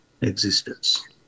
existence